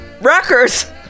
records